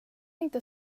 inte